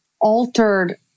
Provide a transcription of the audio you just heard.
altered